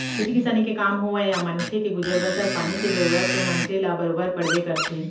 खेती किसानी के काम होवय या मनखे के गुजर बसर पानी के जरूरत तो मनसे ल बरोबर पड़बे करथे